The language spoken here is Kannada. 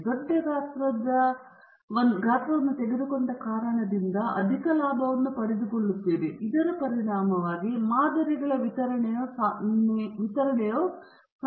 ನೀವು ದೊಡ್ಡ ಗಾತ್ರದ ಗಾತ್ರವನ್ನು ತೆಗೆದುಕೊಂಡ ಕಾರಣದಿಂದಾಗಿ ಅಧಿಕ ಲಾಭವನ್ನು ಪಡೆದುಕೊಳ್ಳುತ್ತೀರಿ ಇದರ ಪರಿಣಾಮವಾಗಿ ಮಾದರಿಗಳ ವಿತರಣೆಯು ಸಾಮಾನ್ಯತೆಯ ಕಡೆಗೆ ಸಾಗುತ್ತಿದೆ